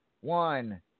One